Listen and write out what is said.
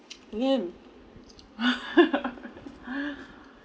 name